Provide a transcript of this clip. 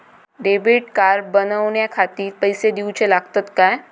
Debit card बनवण्याखाती पैसे दिऊचे लागतात काय?